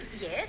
Yes